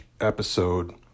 episode